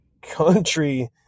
country